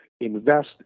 invest